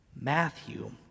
Matthew